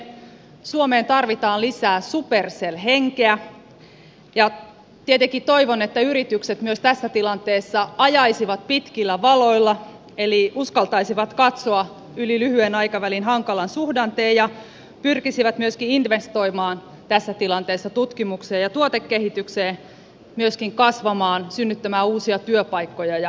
suomeen tarvitaan lisää supercell henkeä ja tietenkin toivon että yritykset myös tässä tilanteessa ajaisivat pitkillä valoilla eli uskaltaisivat katsoa yli lyhyen aikavälin hankalan suhdanteen ja pyrkisivät myöskin investoimaan tässä tilanteessa tutkimukseen ja tuotekehitykseen myöskin kasvamaan synnyttämään uusia työpaikkoja ja työllistämään